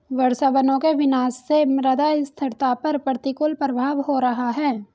वर्षावनों के विनाश से मृदा स्थिरता पर प्रतिकूल प्रभाव हो रहा है